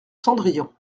cendrillon